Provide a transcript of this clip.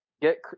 get